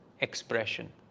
expression